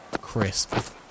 Crisp